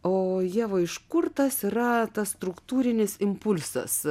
o ieva iš kur tas yra tas struktūrinis impulsas